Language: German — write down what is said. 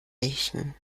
rächen